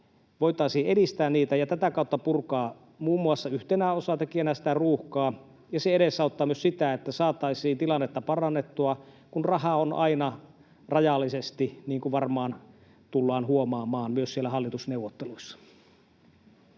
voitaisiin edistää niitä ja tätä kautta purkaa yhtenä osatekijänä muun muassa sitä ruuhkaa. Se edesauttaa myös sitä, että saataisiin tilannetta parannettua, kun rahaa on aina rajallisesti, niin kuin varmaan tullaan huomaamaan myös siellä hallitusneuvotteluissa.